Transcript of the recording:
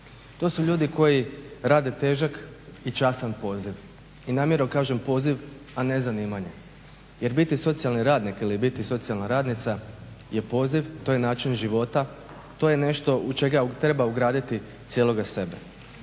To su ljudi koji rade težak i časan poziv. I namjerno kažem poziv a ne zanimanje, jer biti socijalni radnik ili biti socijalna radnica to je poziv. To je način života, to je nešto u čega treba ugraditi cijeloga sebe,